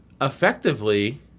effectively